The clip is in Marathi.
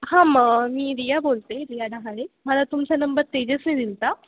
हां म मी रिया बोलते रिया दहाने मला तुमचा नंबर तेजेसने दिला होता